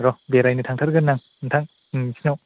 र' बेरायनो थांथारगोन आं नोंथां नोंसिनाव